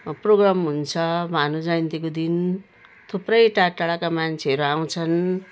programme हुन्छ भानु जयन्तीको दिन थुप्रै टाढा टाढाका मान्छेहरू आउँछन्